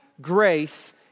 grace